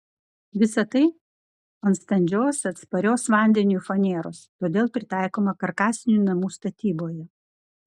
visa tai ant standžios atsparios vandeniui faneros todėl pritaikoma karkasinių namų statyboje